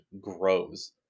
grows